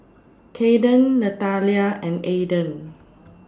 Caiden Nathalia and Ayden